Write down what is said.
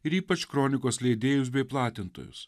ir ypač kronikos leidėjus bei platintojus